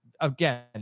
again